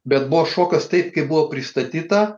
bet buvo šokas taip kaip buvo pristatyta